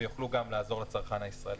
ויוכלו גם לעזור לשחקן הישראלי.